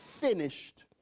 finished